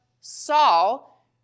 Saul